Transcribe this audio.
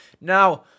Now